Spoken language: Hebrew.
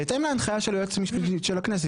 בהתאם להנחיה של היועצת המשפטית של הכנסת.